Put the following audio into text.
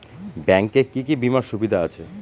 Bank এ কি কী বীমার সুবিধা আছে?